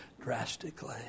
drastically